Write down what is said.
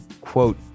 quote